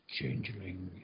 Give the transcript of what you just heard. changeling